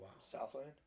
Southland